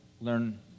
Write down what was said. learn